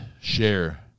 share